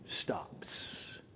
stops